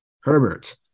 herbert